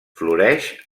floreix